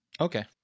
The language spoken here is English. Okay